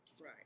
Right